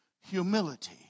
humility